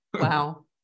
Wow